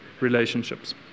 relationships